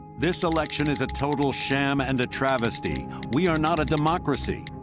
this election is a total sham and a travesty. we are not a democracy!